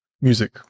music